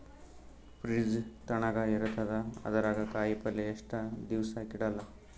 Fridge ತಣಗ ಇರತದ, ಅದರಾಗ ಕಾಯಿಪಲ್ಯ ಎಷ್ಟ ದಿವ್ಸ ಕೆಡಲ್ಲ?